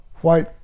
white